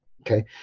okay